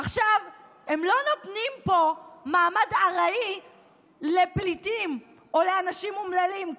עכשיו הם לא נותנים פה מעמד ארעי לפליטים או לאנשים אומללים,